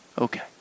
okay